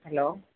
hello